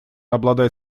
обладает